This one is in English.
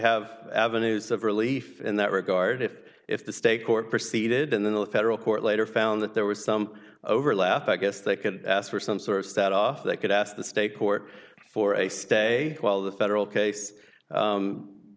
have avenues of relief in that regard if if the state court proceeded in the federal court later found that there was some overlap i guess they could ask for some sort of set off they could ask the state court for a stay while the federal case